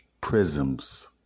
Prisms